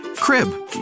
Crib